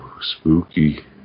spooky